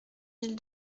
mille